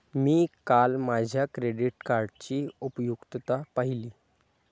मी काल माझ्या क्रेडिट कार्डची उपयुक्तता पाहिली